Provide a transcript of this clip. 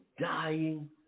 dying